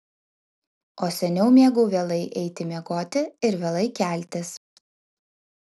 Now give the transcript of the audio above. o seniau mėgau vėlai eiti miegoti ir vėlai keltis